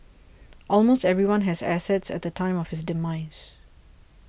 almost everyone has assets at the time of his demise